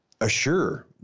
assure